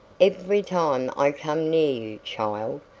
every time i come near you, child,